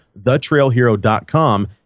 thetrailhero.com